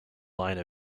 line